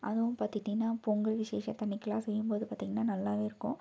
அதுவும் பார்த்துக்கிட்டிங்கனா பொங்கல் விஷேசத்து அன்றைக்குலாம் செய்யும் போது பார்த்திங்கனா நல்லாவே இருக்கும்